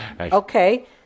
Okay